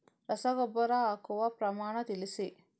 ರಸಗೊಬ್ಬರ ಹಾಕುವ ಪ್ರಮಾಣ ತಿಳಿಸಿ